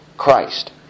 Christ